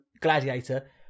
gladiator